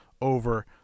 over